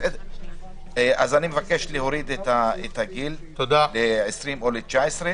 אני מבקש להוריד את הגיל ל-20 או ל-19.